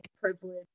privilege